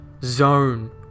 zone